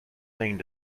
thing